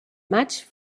maig